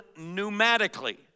pneumatically